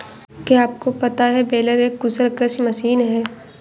क्या आपको पता है बेलर एक कुशल कृषि मशीन है?